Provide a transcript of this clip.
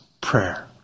prayer